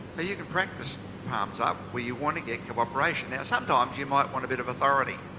you can practice palms up where you want to get cooperation. sometimes you might want a bit of authority.